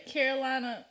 Carolina